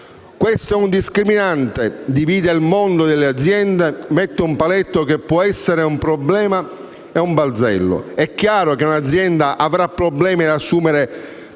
Questo è discriminante, divide il mondo delle aziende, mette un paletto che può essere un problematico balzello: è chiaro che un'azienda avrà problemi ad assumere la sesta